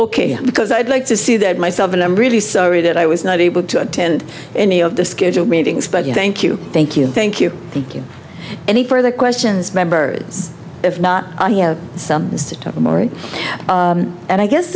k because i'd like to see that myself and i'm really sorry that i was not able to attend any of the scheduled meetings but you thank you thank you thank you thank you any further questions members if not more and i guess